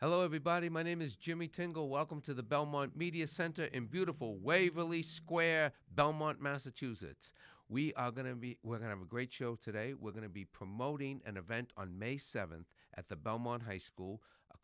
hello everybody my name is jimmy tingle welcome to the belmont media center in beautiful waverly square belmont massachusetts we are going to be going to a great show today we're going to be promoting an event on may seventh at the belmont high school a